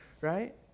Right